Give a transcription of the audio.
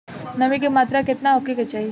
नमी के मात्रा केतना होखे के चाही?